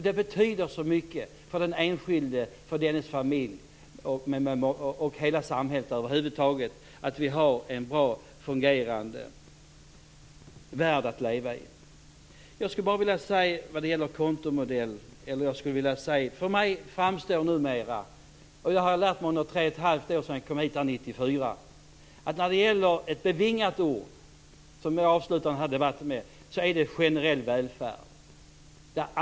Det betyder så mycket för den enskilde, för dennes familj och för hela samhället över huvud taget att vi har en bra och fungerande värld att leva i. Jag skulle bara vilja avsluta den här debatten med ett bevingat ord som jag har lärt mig under mina 3 1⁄2 år här - jag kom hit 1994 - och det är generell välfärd.